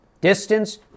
Distance